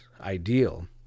ideal